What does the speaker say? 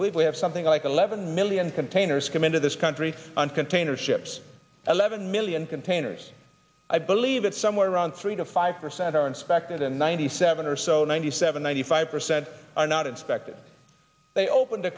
believe we have something like eleven million containers come into this country on container ships eleven million containers i believe it's somewhere around three to five percent are inspected and ninety seven or so ninety seven ninety five percent are not inspected they open